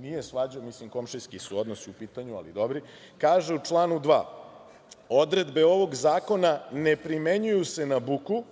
nije svađa, komšijski odnosi su u pitanju, ali dobri, kaže u članu 2. – odredbe ovog zakona ne primenjuju se na buku,